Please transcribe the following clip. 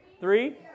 Three